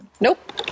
Nope